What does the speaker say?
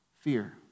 fear